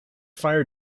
fire